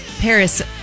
Paris